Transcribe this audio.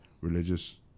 religious